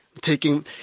taking